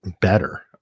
better